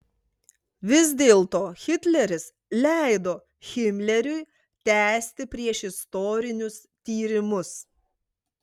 vis dėlto hitleris leido himleriui tęsti priešistorinius tyrimus